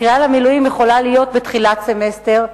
הקריאה למילואים יכולה להיות בתחילת סמסטר,